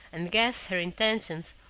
and guessed her intentions,